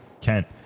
Kent